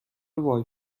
وای